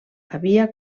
havia